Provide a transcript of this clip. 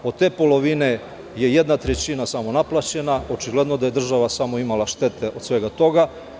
Od te polovine je jedna trećina samo naplaćena, očigledno da je država imala samo štete od svega toga.